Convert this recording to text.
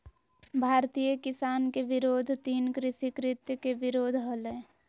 भारतीय किसान के विरोध तीन कृषि कृत्य के विरोध हलय